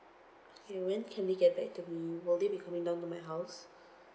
okay when can they get back to me will they be coming down to my house